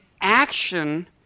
action